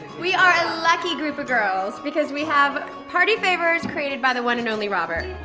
we are a lucky group of girls because we have party favors created by the one and only robert.